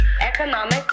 economic